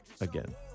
again